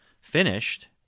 finished